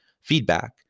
feedback